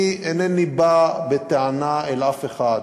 אינני בא בטענה לאף אחד,